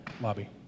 lobby